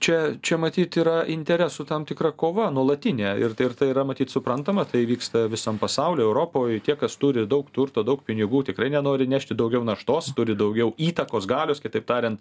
čia čia matyt yra interesų tam tikra kova nuolatinė ir tai ir tai yra matyt suprantama tai vyksta visam pasauly europoj tie kas turi daug turto daug pinigų tikrai nenori nešti daugiau naštos turi daugiau įtakos galios kitaip tariant